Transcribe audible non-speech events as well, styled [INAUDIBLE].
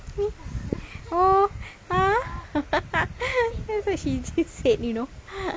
[LAUGHS] that's what she just said you know [LAUGHS]